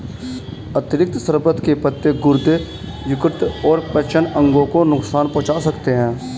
अतिरिक्त शर्बत के पत्ते गुर्दे, यकृत और पाचन अंगों को नुकसान पहुंचा सकते हैं